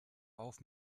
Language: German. auf